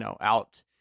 out